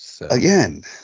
Again